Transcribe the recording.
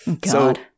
God